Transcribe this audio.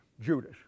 Judas